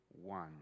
one